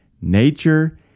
nature